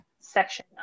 section